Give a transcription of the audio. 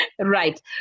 Right